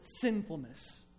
sinfulness